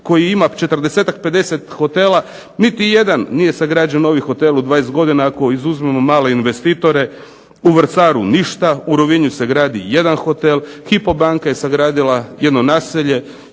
koji ima 40-ak, 50 hotela niti jedan nije sagrađen novi hotel u 20 godina, ako izuzmemo male investitore. U Vrsaru ništa, u Rovinju se gradi jedan hotel, Hypo banka je sagradila jedno naselje,